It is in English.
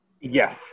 Yes